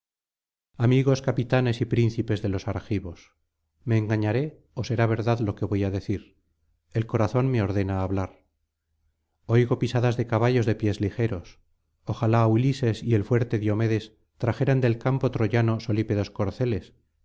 amigos capitanes y príncipes de los argivos me engañaré ó será verdad lo que voy á decir el corazón me ordena hablar oigo pisadas de caballos de pies ligeros ojalá ulises y el fuerte diomedes trajeran del campo troyano solípedos corceles